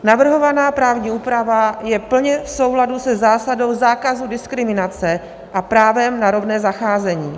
Navrhovaná právní úprava je plně v souladu se zásadou zákazu diskriminace a právem na rovné zacházení.